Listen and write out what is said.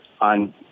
on